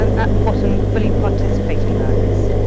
and at the bottom, fully participating learners.